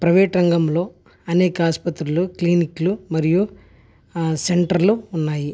private రంగంలో అనేక ఆసుపత్రులు క్లినిక్లు మరియు సెంటర్లు ఉన్నాయి